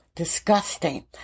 Disgusting